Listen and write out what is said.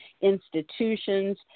institutions